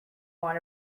want